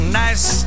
nice